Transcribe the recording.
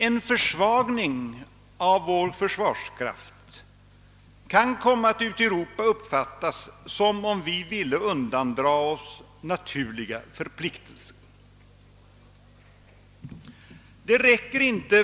En försvagning av vår försvarskraft kan i Europa komma att uppfattas som om vi ville undandra oss naturliga förpliktelser.